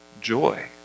joy